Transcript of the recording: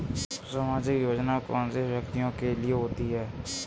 सामाजिक योजना कौन से व्यक्तियों के लिए होती है?